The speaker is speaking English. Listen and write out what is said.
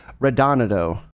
Radonado